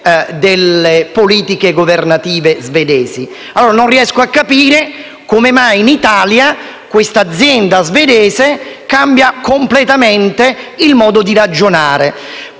delle politiche governative. Non riesco allora a capire come mai in Italia questa azienda svedese cambi completamente il modo di ragionare,